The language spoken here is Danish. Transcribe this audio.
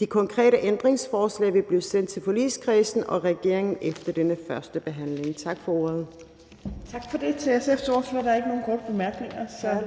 De konkrete ændringsforslag vil blive sendt til forligskredsen og regeringen efter denne første behandling. Tak for ordet. Kl. 12:53 Tredje næstformand (Trine Torp): Tak for det til SF's ordfører. Der er ikke nogen korte bemærkninger, så